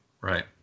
right